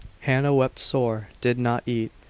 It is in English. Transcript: hannah wept sore, did not eat,